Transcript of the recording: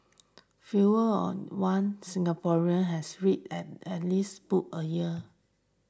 fewer on one Singaporeans has read at at least book a year